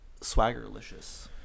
swaggerlicious